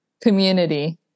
Community